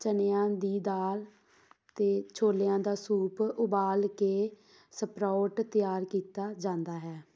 ਚਨਿਆਂ ਦੀ ਦਾਲ ਅਤੇ ਛੋਲਿਆਂ ਦਾ ਸੂਪ ਉਬਾਲ ਕੇ ਸਪਰੋਊਟ ਤਿਆਰ ਕੀਤਾ ਜਾਂਦਾ ਹੈ